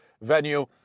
venue